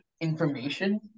information